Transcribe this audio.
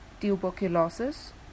tuberculosis